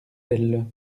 elles